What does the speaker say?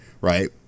right